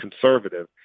conservative